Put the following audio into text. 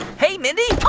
hey, mindy oh.